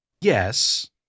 Yes